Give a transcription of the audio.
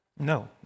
No